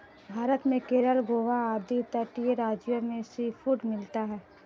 भारत में केरल गोवा आदि तटीय राज्यों में सीफूड मिलता है